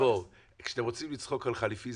כשאתם רוצים לצחוק על חליפי,